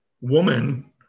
woman